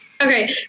Okay